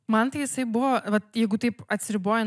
man tai jisai buvo vat jeigu taip atsiribojan